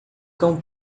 cão